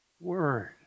Word